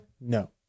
No